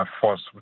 force